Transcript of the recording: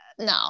no